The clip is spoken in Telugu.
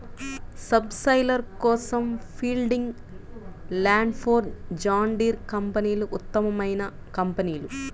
సబ్ సాయిలర్ కోసం ఫీల్డింగ్, ల్యాండ్ఫోర్స్, జాన్ డీర్ కంపెనీలు ఉత్తమమైన కంపెనీలు